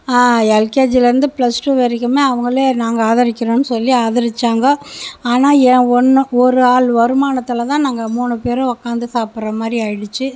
எல்கேஜிலேர்ந்து plus two வரைக்குமே அவங்களே நாங்கள் ஆதரிக்கிறோன்னு சொல்லி ஆதரிச்சாங்க ஆனால் ஏ ஒன் ஒரு ஆள் வருமானத்துல தான் நாங்கள் மூணு பேரும் உட்காந்து சாப்புடுற மாதிரி ஆயிடிச்சு